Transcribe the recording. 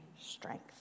strength